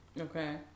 Okay